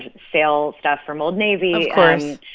sale stuff from old navy. of course